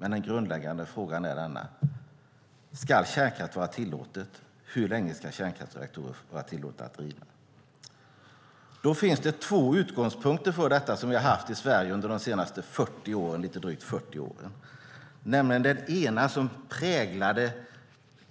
Men den grundläggande frågan är denna: Ska kärnkraft vara tillåten, och hur länge ska kärnkraftverk vara tillåtna att driva? Det finns två utgångspunkter för detta som vi har haft i Sverige under de senaste lite drygt 40 åren. Den ena präglade